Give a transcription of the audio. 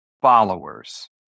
followers